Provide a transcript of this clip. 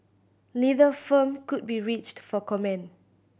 neither firm could be reached for comment